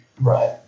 Right